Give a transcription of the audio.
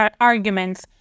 arguments